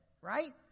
right